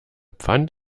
pfand